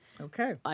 Okay